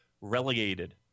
relegated